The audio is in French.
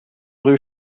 rue